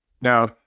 Now